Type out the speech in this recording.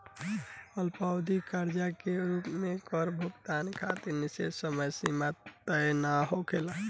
अल्पअवधि कर्जा के रूप में कर भुगतान खातिर निश्चित समय सीमा तय ना होखेला